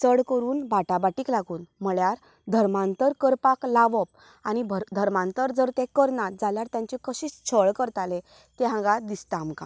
चड करून बाटाबाटीक लागून म्हळ्यार धर्मांतर करपाक लावप आनी धर्मांतर जर ते करना जाल्यार तांचे कशें छळ करताले तें हांगा दिसता आमकां